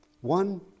One